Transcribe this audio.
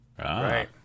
Right